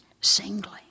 singly